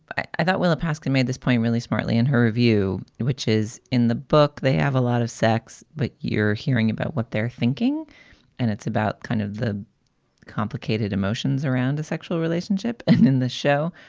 but i thought willa paskin made this point really smartly in her review, which is in the book. they have a lot of sex, but you're hearing about what they're thinking and it's about kind of the complicated emotions around a sexual relationship and in the show.